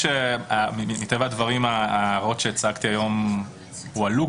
מטבע הדברים ההערות שהצגתי היום כבר הועלו